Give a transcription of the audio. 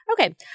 Okay